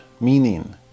meaning